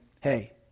hey